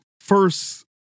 first